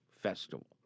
Festival